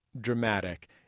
dramatic